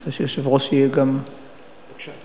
אני רוצה שהיושב-ראש יהיה גם, בבקשה.